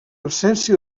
absència